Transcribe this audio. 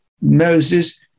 Moses